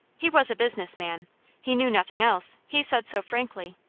he was a business man he knew nothing else he said so frankly.